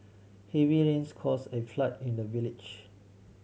heavy rains caused a flood in the village